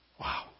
Wow